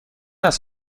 است